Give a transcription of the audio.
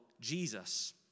Jesus